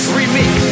remix